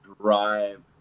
drive